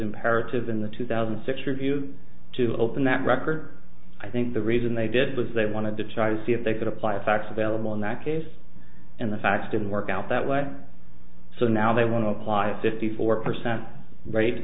imperative in the two thousand and six review to open that record i think the reason they did was they wanted to charge a see if they could apply facts available in that case and the facts didn't work out that way so now they want to apply a fifty four percent r